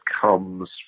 comes